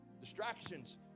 Distractions